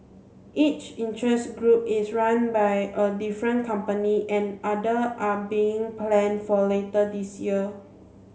each interest group is run by a different company and other are being planned for later this year